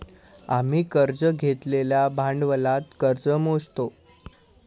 आम्ही कर्ज घेतलेल्या भांडवलात कर्ज मोजतो